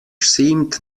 seemed